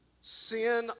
Sin